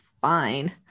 fine